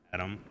Adam